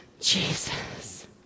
Jesus